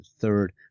third